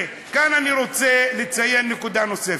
כאן אני רוצה לציין נקודה נוספת.